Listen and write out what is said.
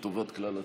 לטובת כלל הציבור.